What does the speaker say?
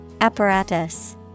Apparatus